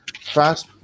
fast